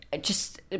just-